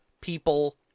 people